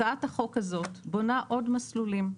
הצעת החוק הזאת בונה עוד מסלולים,